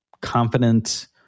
confident